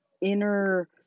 inner